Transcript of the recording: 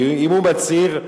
כי אם הוא מצהיר?